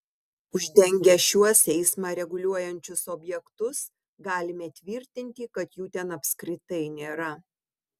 uždengę šiuos eismą reguliuojančius objektus galime tvirtinti kad jų ten apskritai nėra